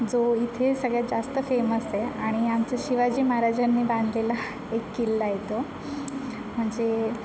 जो इथे सगळ्यात जास्त फेमस आहे आणि आमच्या शिवाजी महाराजांनी बांधलेला एक किल्ला आहे तो म्हणजे